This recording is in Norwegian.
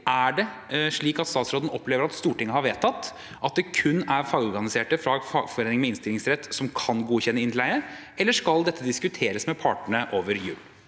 Er det slik at statsråden opplever at Stortinget har vedtatt at det kun er fagorganiserte fra en fagforening med innstillingsrett som kan godkjenne innleie, eller skal dette diskuteres med partene over jul?